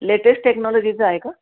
latest टेक्नॉलॉजीचं आहे का